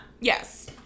Yes